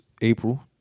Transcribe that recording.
April